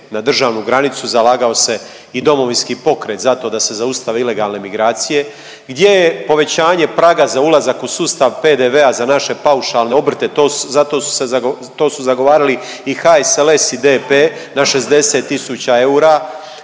na državnu granicu zalagao se i Domovinski pokret za to da se zaustave ilegalne migracije, gdje je povećanje praga za ulazak u sustav PDV-a za naše paušalne obrte to su zagovarali i HSLS i DP na 60 000 eura.